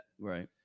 right